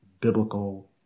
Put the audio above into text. biblical